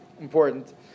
important